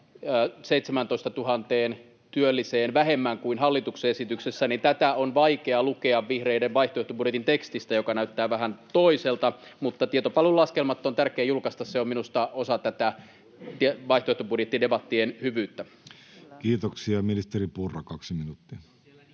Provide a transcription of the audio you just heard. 17 000 työlliseen vähemmän kuin hallituksen esityksessä, mutta tätä on vaikea lukea vihreiden vaihtoehtobudjetin tekstistä, joka näyttää vähän toiselta. [Timo Heinonen: Se on siellä niin sanotusti rivien välissä!] Mutta tietopalvelun laskelmat on tärkeää julkaista, se on minusta osa tätä vaihtoehtobudjettidebattien hyvyyttä. Kiitoksia. — Ministeri Purra, kaksi minuuttia.